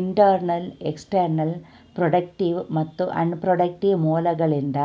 internal, external, productive ಮತ್ತು unproductive ಮೂಲಗಳಿಂದ